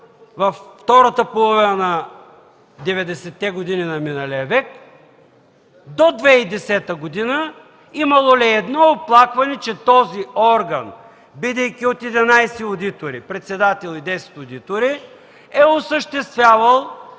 във втората половина на 90-те години на миналия век до 2010 г., имало ли е едно оплакване, че този орган, бидейки от 11 одитори, председател и 10 одитори, е осъществявал